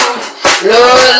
Lord